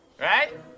Right